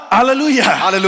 Hallelujah